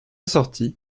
sortie